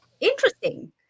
interesting